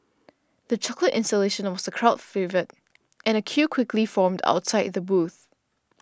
the chocolate installation was a crowd favourite and a queue quickly formed outside the booth